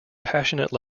passionate